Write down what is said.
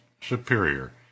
superior